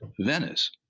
Venice